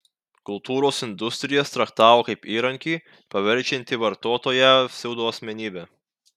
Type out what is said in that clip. kultūros industrijas traktavo kaip įrankį paverčiantį vartotoją pseudoasmenybe